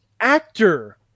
actor